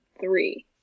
three